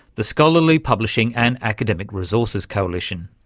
the scholarly publishing and academic resources coalition.